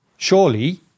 Surely